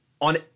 on